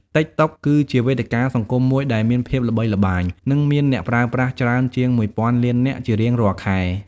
តិកតុក គឺជាវេទិកាសង្គមមួយដែលមានភាពល្បីល្បាញ និងមានអ្នកប្រើប្រាស់ច្រើនជាងមួយពាន់លាននាក់ជារៀងរាល់ខែ។